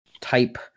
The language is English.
type